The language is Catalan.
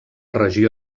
regió